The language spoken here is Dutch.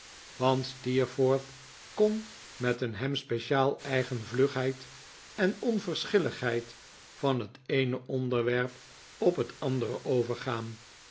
kon met een hem speciaal eigen vlugheid en onverschilligheid van het eene onderwerp op het andere overgaan